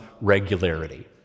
regularity